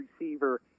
receiver